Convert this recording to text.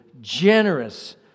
generous